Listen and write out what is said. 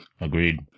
Agreed